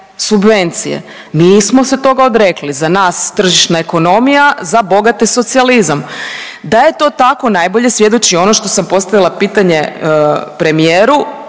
subvencije. Mi smo se toga odrekli, za nas tržišna ekonomija za bogate socijalizam. Da je to tako najbolje svjedoči ono što sam postavila pitanje premijeru